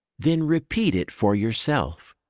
then repeat it for yourself.